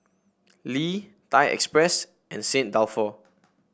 Lee Thai Express and Saint Dalfour